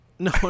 No